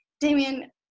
Damien